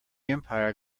empire